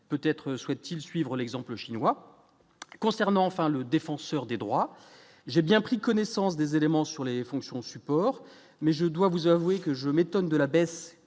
peut-être souhaite-t-il suivre l'exemple chinois concernant enfin le défenseur des droits, j'ai bien pris connaissance des éléments sur les fonctions support mais je dois vous avouer que je m'étonne de la baisse